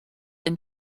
and